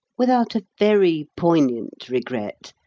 without a very poignant regret,